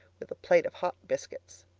with a plate of hot biscuits.